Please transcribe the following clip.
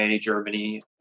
Germany